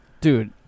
dude